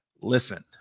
listen